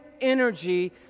energy